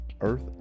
Earth